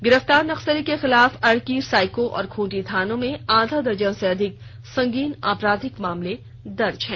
गिरफ्तार नक्सली के खिलाफ अड़की साईको और खूंटी थानों में आधा दर्जन से अधिक संगीन आपराधिक मामले दर्ज हैं